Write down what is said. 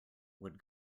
would